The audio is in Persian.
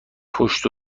پشت